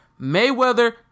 Mayweather